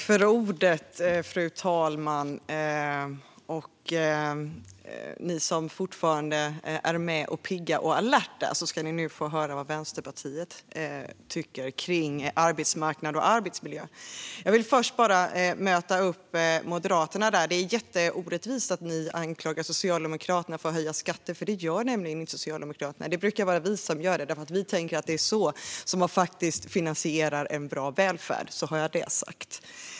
Fru talman! Ni som fortfarande är pigga och alerta ska nu få höra vad Vänsterpartiet tycker kring arbetsmarknad och arbetsmiljö. Jag vill först bemöta Moderaterna. Det är jätteorättvist att ni anklagar Socialdemokraterna för att höja skatten, för det gör inte Socialdemokraterna. Det brukar vara vi som gör det, för vi tänker att det är så man faktiskt finansierar en bra välfärd. Då har jag det sagt.